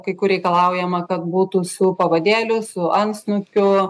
kai kur reikalaujama kad būtų su pavadėliu su antsnukiu